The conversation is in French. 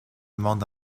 monde